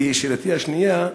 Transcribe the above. שאלתי השנייה,